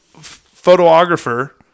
photographer